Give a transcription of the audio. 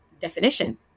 definition